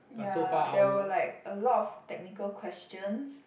ya there were like a lot of technical questions